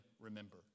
remember